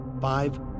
Five